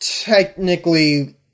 Technically